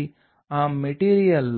force మైక్రోస్కోపీని చేయాలి